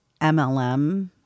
MLM